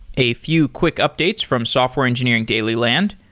a few quick updates from software engineering daily land.